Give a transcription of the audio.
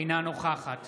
אינה נוכחת